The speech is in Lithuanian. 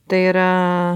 tai yra